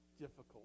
difficult